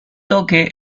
toque